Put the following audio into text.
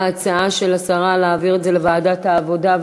ההצעה של השרה היא להעביר את הנושא לוועדת העבודה,